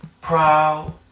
proud